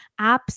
apps